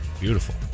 beautiful